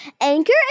Anchor